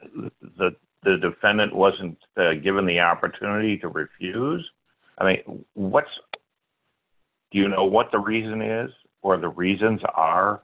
that the defendant wasn't given the opportunity to refuse i mean what's you know what the reason is or the reasons are